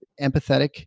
empathetic